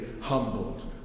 humbled